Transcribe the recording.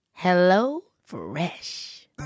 HelloFresh